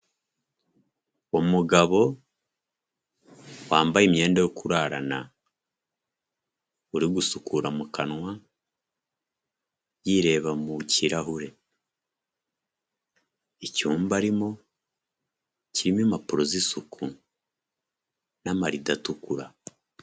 Umugabo wambaye imyenda yo kurarana uri gusukura mu kanwa yireba mu kirahure, icyumba arimo kirimo impapuro z'isuku n'amarido atukura.